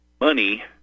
money